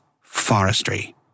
forestry